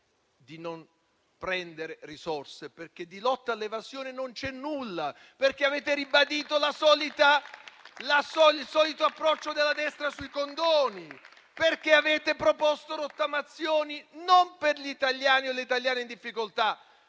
di non prendere risorse, perché di lotta all'evasione infatti non c'è nulla: avete infatti ribadito il solito approccio della destra sui condoni e avete proposto rottamazioni non per gli italiani o e le italiane in difficoltà,